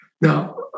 Now